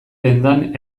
dendan